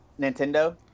Nintendo